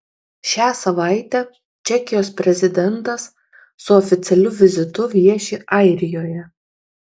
šią savaitę čekijos prezidentas su oficialiu vizitu vieši airijoje